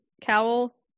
cowl